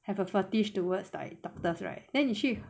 have a fetish towards like doctors right then 你去